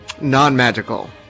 Non-magical